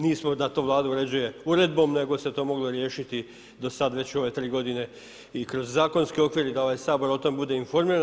Nismo da to Vlada uređuje uredbom, nego se to moglo riješiti do sada već u ove 3 godine i kroz zakonski okvir i da ovaj Sabor o tome bude informiran.